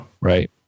Right